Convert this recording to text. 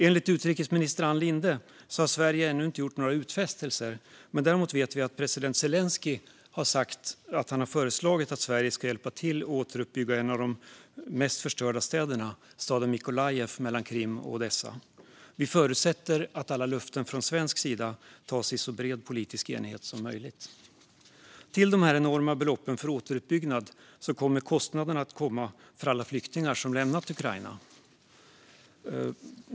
Enligt utrikesminister Ann Linde har Sverige ännu inte gjort några utfästelser. Däremot har president Zelenskyj föreslagit att Sverige ska hjälpa till att återuppbygga en av de mest förstörda städerna, staden Mykolaïv, som ligger mellan Krim och Odessa. Vi förutsätter att alla löften från svensk sida ges i så bred politisk enighet som möjligt. Till dessa enorma belopp för återuppbyggnad kommer kostnaderna för alla flyktingar som lämnat Ukraina.